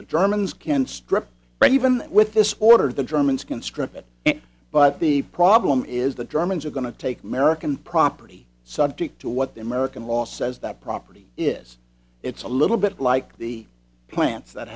the germans can strip right even with this order the germans can strip it but the problem is the germans are going to take merican property subject to what the american law says that property is it's a little bit like the plants that